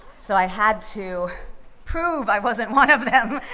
so i had to prove i wasn't one of them,